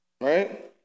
right